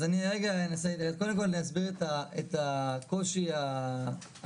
אז אני רגע אנסה קודם כל להסביר את הקושי הטכני,